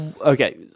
Okay